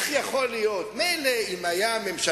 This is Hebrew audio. זאביק,